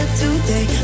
today